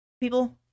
People